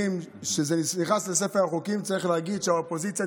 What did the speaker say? ותיכנס לספר החוקים של מדינת ישראל.